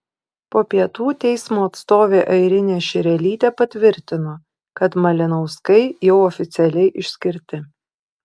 po pietų teismo atstovė airinė šerelytė patvirtino kad malinauskai jau oficialiai išskirti